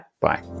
bye